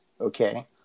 Okay